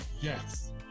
yes